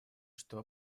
что